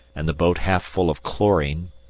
and the boat half full of chlorine,